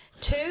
two